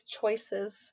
choices